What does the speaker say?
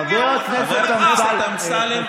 חבר הכנסת אמסלם,